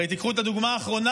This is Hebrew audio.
הרי תיקחו את הדוגמה האחרונה,